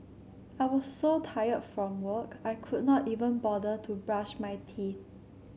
I was so tired from work I could not even bother to brush my teeth